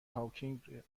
هاوکینگ